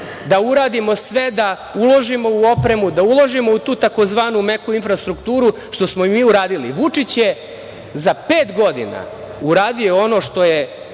da uradimo sve da uložimo u opremu, da uložimo u tu tzv. meku infrastrukturu, što smo i uradili. Vučić je za pet godina uradio ono što je